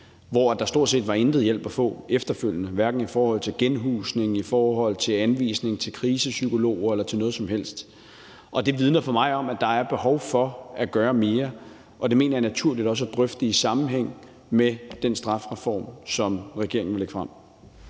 hvor der stort set ingen hjælp var at få efterfølgende, hverken i forhold til genhusning, anvisning til krisepsykologer eller noget som helst. Det vidner for mig om, at der er behov for at gøre mere, og det mener jeg er naturligt også at drøfte i sammenhæng med den strafreform, som regeringen vil lægge frem.